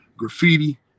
Graffiti